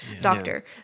doctor